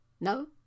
no